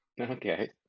Okay